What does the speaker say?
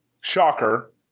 Shocker